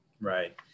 Right